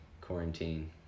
quarantine